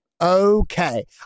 okay